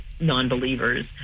non-believers